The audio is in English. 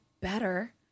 better